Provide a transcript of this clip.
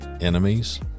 enemies